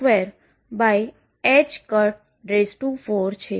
જે 2mE2m2V024 છે